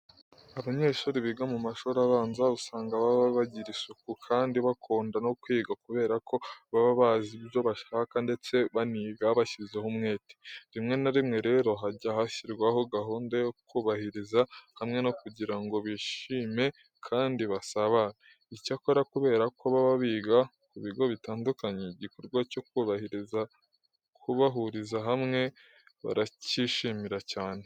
Abanyeshuri biga mu mashuri abanza usanga baba bagira isuku kandi bakunda no kwiga kubera ko baba bazi ibyo bashaka ndetse baniga bashyizeho umwete. Rimwe na rimwe rero hajya hashyirwaho gahunda yo kubahuriza hamwe kugira ngo bishime kandi basabane. Icyakora kubera ko baba biga ku bigo bitandukanye igikorwa cyo kubahuriza hamwe baracyishimira cyane.